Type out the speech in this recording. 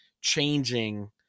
changing